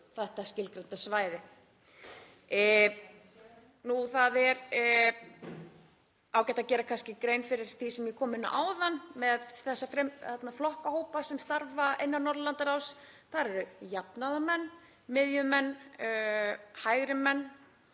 þetta skilgreinda svæði. Það er ágætt að gera grein fyrir því sem ég kom inn á áðan með þessa flokkahópa sem starfa innan Norðurlandaráðs, en þar eru jafnaðarmenn, miðjumenn, hægri menn,